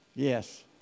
Yes